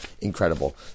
Incredible